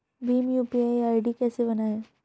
Bhim UPI ID कैसे बनाएं?